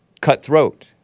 Cutthroat